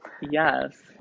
Yes